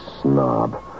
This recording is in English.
snob